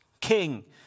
King